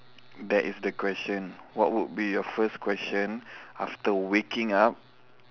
that is the question what would be your first question after waking up